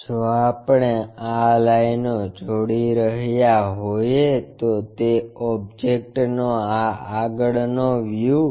જો આપણે આ લાઇનો જોડી રહ્યા હોઈએ તો તે ઓબ્જેક્ટનો આ આગળનો વ્યૂ